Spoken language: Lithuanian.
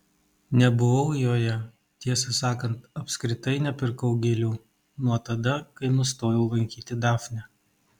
nebuvau joje tiesą sakant apskritai nepirkau gėlių nuo tada kai nustojau lankyti dafnę